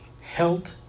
health